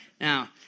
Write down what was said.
Now